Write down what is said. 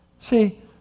See